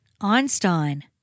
Einstein